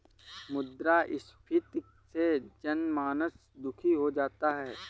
मुद्रास्फीति से जनमानस दुखी हो जाता है